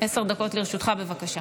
עשר דקות לרשותך, בבקשה.